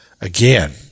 again